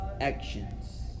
actions